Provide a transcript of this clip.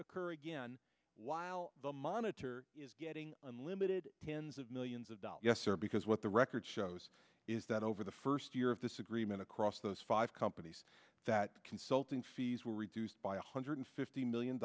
occur again while the monitor is getting unlimited tens of millions of dollars yes sir because what the record shows is that over the first year of this agreement across those five companies that consulting fees were reduced by a hundred fifty million